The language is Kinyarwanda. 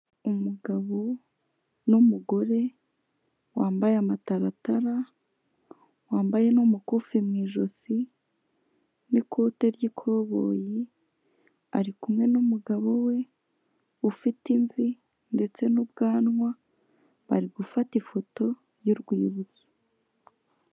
Umugabo n'umugore wambaye amataratara, wambaye n'umukufi mu ijosi n'ikote ry'ikoboyi, ari kumwe n'umugabo we ufite imvi ndetse n'ubwanwa bari gufata ifoto y'urwibutso.